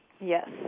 Yes